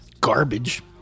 garbage